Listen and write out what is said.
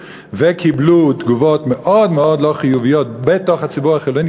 וקיבלו תגובות מאוד מאוד לא חיוביות בתוך הציבור החילוני,